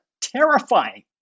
terrifying